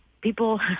people